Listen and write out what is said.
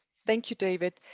thank you, david.